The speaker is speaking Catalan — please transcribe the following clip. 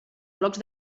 blocs